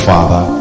Father